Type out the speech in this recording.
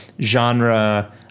genre